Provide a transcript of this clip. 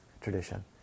tradition